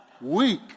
weak